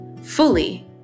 fully